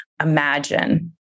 imagine